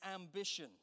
ambition